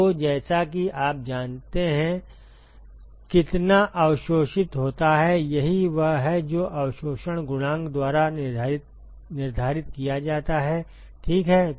तो जैसा कि आप जाते हैं कितना अवशोषित होता है यही वह है जो अवशोषण गुणांक द्वारा निर्धारित किया जाता है ठीक है